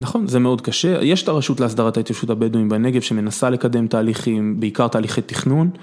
נכון זה מאוד קשה, יש את הרשות להסדרת ההתיישבות הבדואים בנגב שמנסה לקדם תהליכים, בעיקר תהליכי תכנון.